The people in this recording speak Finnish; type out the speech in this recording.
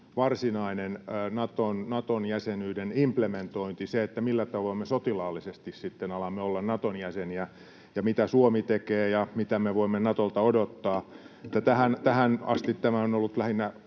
varsinainen Naton jäsenyyden implementointi, se, millä tavoin me sotilaallisesti sitten alamme olla Naton jäseniä, mitä Suomi tekee ja mitä me voimme Natolta odottaa. Tähän asti tämä on ollut lähinnä